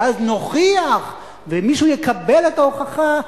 ואז נוכיח ומישהו יקבל את ההוכחה,